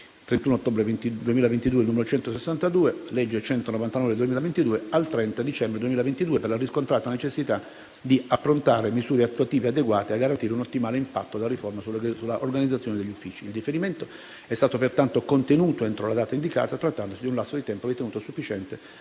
31 ottobre 2022, n. 162, convertito con la legge n. 199 del 2022, al 30 dicembre 2022, per la riscontrata necessità di approntare misure attuative adeguate a garantire un ottimale impatto della riforma sull'organizzazione degli uffici. Il differimento è stato pertanto contenuto entro la data indicata, trattandosi di un lasso di tempo ritenuto sufficiente